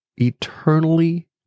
eternally